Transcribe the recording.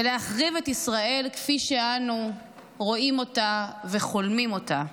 ולהחריב את ישראל כפי שאנו רואים אותה וחולמים אותה.